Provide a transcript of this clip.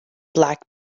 black